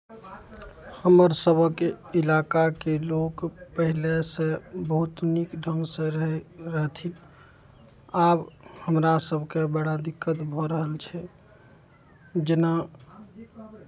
हमर सभके इलाकाके लोक पहिलेसँ बहुत नीक ढङ्गसँ रहै रहथिन आब हमरा सभकेँ बड़ा दिक्कत भऽ रहल छै जेना